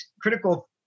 Critical